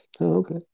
okay